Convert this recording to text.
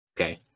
Okay